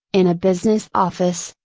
in a business office,